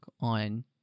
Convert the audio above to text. on